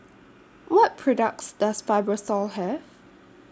What products Does Fibrosol Have